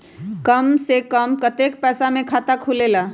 कम से कम कतेइक पैसा में खाता खुलेला?